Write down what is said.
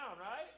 right